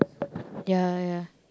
ya ya